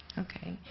okay.